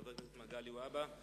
חבר הכנסת מגלי והבה.